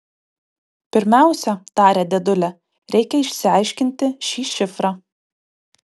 pirmiausia tarė dėdulė reikia išsiaiškinti šį šifrą